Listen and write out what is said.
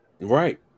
Right